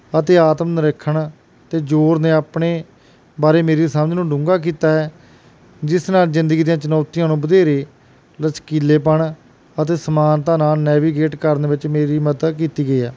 ਅਤੇ ਆਤਮ ਨਿਰੀਖਣ 'ਤੇ ਜ਼ੋਰ ਨੇ ਆਪਣੇ ਬਾਰੇ ਮੇਰੀ ਸਮਝ ਨੂੰ ਡੂੰਘਾ ਕੀਤਾ ਹੈ ਜਿਸ ਨਾਲ ਜ਼ਿੰਦਗੀ ਦੀਆਂ ਚੁਣੌਤੀਆਂ ਨੂੰ ਵਧੇਰੇ ਲਚਕੀਲੇਪਣ ਅਤੇ ਸਮਾਨਤਾ ਨਾਲ ਨੈਵੀਗੇਟ ਕਰਨ ਵਿੱਚ ਮੇਰੀ ਮਦਦ ਕੀਤੀ ਗਈ ਆ